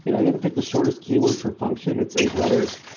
and i didn't pick the shortest keyword for function, it's eight letters.